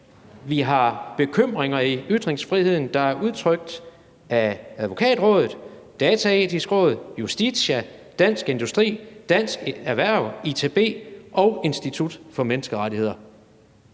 vi har bekymringer om ytringsfriheden, der er udtrykt af Advokatrådet, Dataetisk Råd, Justitia, Dansk Industri, Dansk Erhverv, IT-B og Institut for Menneskerettigheder.